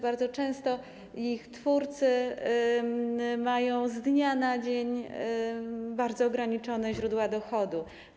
Bardzo często ich twórcy mają z dnia na dzień bardzo ograniczone źródła dochodu.